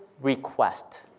request